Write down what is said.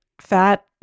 fat